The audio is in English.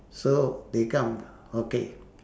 so they come okay